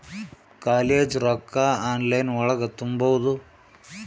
College ರೊಕ್ಕ online ಒಳಗ ತುಂಬುದು?